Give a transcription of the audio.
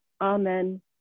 Amen